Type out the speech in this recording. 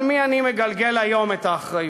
על מי אני מגלגל היום את האחריות?